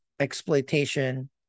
exploitation